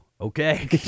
Okay